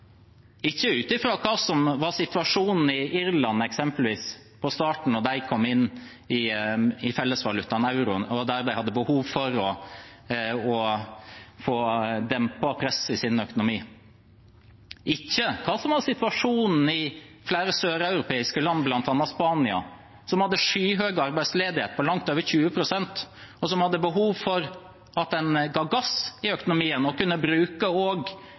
Ikke ut fra hva som eksempelvis var situasjonen i Irland i starten, da de kom inn i fellesvalutaen euro, og da de hadde behov for å få dempet presset i sin økonomi. Ikke ut fra hva som var situasjonen i flere søreuropeiske land, bl.a. Spania, som hadde skyhøy arbeidsledighet, på langt over 20 pst., og som hadde behov for at en ga gass i økonomien, og at en også kunne bruke